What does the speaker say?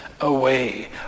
away